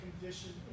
condition